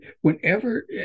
Whenever